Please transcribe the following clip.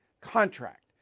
contract